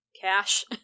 Cash